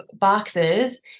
boxes